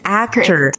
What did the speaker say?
actor